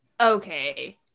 Okay